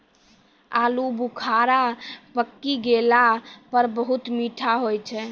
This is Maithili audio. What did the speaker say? आलू बुखारा पकी गेला पर बहुत मीठा होय छै